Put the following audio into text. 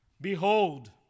Behold